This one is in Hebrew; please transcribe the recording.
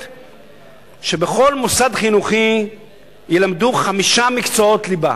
שבכל מוסד חינוכי ילמדו חמישה מקצועות ליבה: